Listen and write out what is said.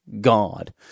God